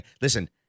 listen